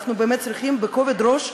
ואנחנו באמת צריכים להתייחס לזה בכובד ראש,